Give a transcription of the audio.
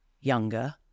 younger